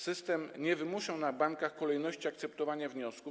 System nie wymuszał na bankach kolejności akceptowania wniosków.